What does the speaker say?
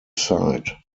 site